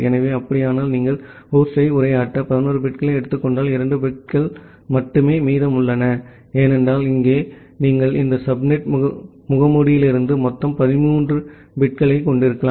எனவே அப்படியானால் நீங்கள் ஹோஸ்டை உரையாற்ற 11 பிட்களை எடுத்துக்கொண்டால் 2 பிட்கள் மட்டுமே மீதமுள்ளன ஏனென்றால் இங்கே நீங்கள் இந்த சப்நெட் முகமூடியிலிருந்து மொத்தம் 13 பிட்களைக் கொண்டிருக்கலாம்